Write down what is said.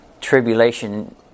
tribulation